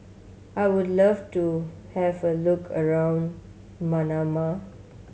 I would love to have a look around Manama